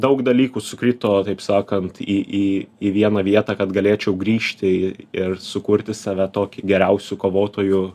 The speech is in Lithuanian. daug dalykų sukrito taip sakant į į į vieną vietą kad galėčiau grįžti ir sukurti save tokį geriausiu kovotoju